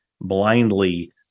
blindly